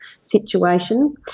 situation